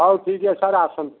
ହଉ ଠିକ୍ ଅଛି ସାର୍ ଆସନ୍ତୁ